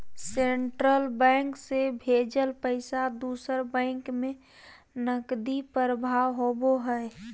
central bank से भेजल पैसा दूसर बैंक में नकदी प्रवाह होबो हइ